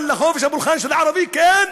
אבל בחופש הפולחן של ערבי כן.